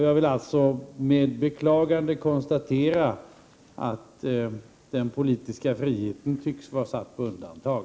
Jag vill alltså med beklagande konstatera att den politiska friheten tycks vara satt på undantag.